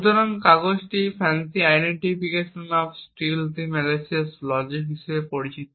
সুতরাং কাগজটি FANCI identification of stealthy malicious logic হিসাবে পরিচিত